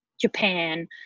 Japan